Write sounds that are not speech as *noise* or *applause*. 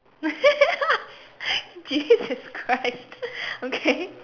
*laughs* jesus christ okay